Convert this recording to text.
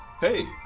Hey